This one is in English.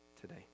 today